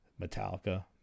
metallica